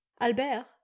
Albert